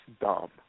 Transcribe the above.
dumb